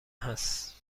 هست